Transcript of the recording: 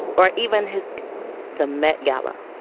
or even has the met gala.